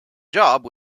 job